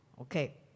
Okay